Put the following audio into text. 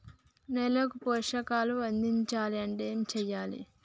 నేలకు పోషకాలు అందించాలి అంటే ఏం చెయ్యాలి?